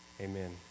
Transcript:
Amen